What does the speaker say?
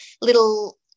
little